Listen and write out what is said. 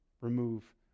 remove